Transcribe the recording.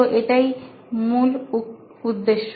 তো এটাই মুখ্য উদ্দেশ্য